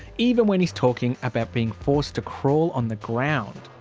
even when he's talking about being forced to crawl on the ground.